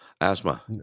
Asthma